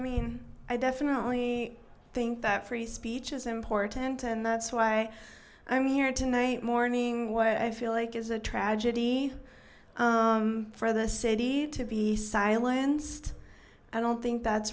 mean i definitely think that free speech is important and that's why i'm here tonight morning what i feel like is a tragedy for the city to be silenced i don't think that's